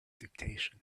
dictation